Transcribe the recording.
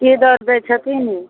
की दर दै छथिन